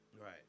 Right